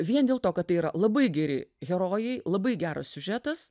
vien dėl to kad tai yra labai geri herojai labai geras siužetas